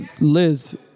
Liz